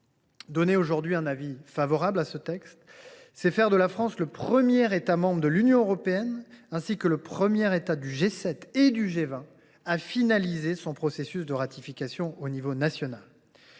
Émettre aujourd’hui un avis favorable sur ce texte, c’est faire de la France le premier État membre de l’Union européenne ainsi que le premier État du G7 et du G20 à finaliser son processus de ratification au niveau national